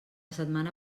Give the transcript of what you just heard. setmana